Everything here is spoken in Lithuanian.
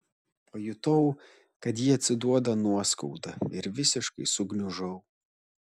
pajutau kad ji atsiduoda nuoskauda ir visiškai sugniužau